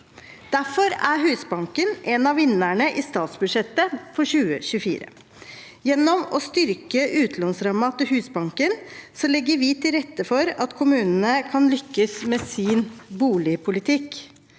Derfor er Husbanken en av vinnerne i statsbudsjettet for 2024. Gjennom å styrke utlånsrammen til Husbanken legger vi til rette for at kommunene kan lykkes med sin boligpolitikk.